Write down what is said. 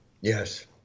Yes